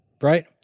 right